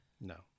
No